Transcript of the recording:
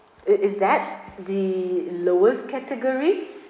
it is that the lowest category